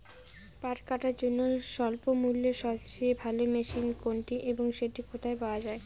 পাট কাটার জন্য স্বল্পমূল্যে সবচেয়ে ভালো মেশিন কোনটি এবং সেটি কোথায় পাওয়া য়ায়?